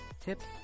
tips